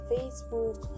Facebook